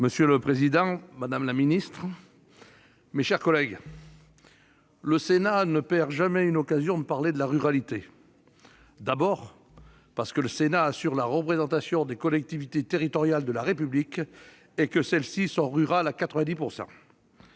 Monsieur le président, madame la ministre, mes chers collègues, le Sénat ne perd jamais une occasion de parler de la ruralité. Tout d'abord, parce que le Sénat « assure la représentation des collectivités territoriales de la République » et que celles-ci sont rurales à 90 %.